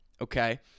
Okay